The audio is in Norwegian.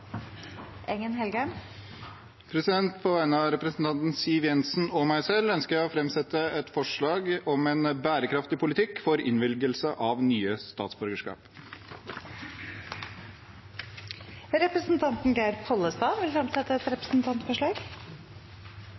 På vegne representanten Siv Jensen og meg selv ønsker jeg å framsette et forslag om en bærekraftig politikk for innvilgelse av nye statsborgerskap. Representanten Geir Pollestad vil fremsette et representantforslag.